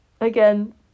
Again